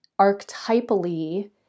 archetypally